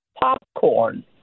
Popcorn